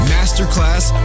Masterclass